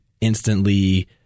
instantly